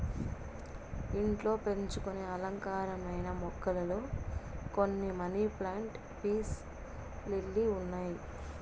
ఇంట్లో పెంచుకొనే అలంకారమైన మొక్కలలో కొన్ని మనీ ప్లాంట్, పీస్ లిల్లీ ఉన్నాయి